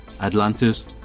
Atlantis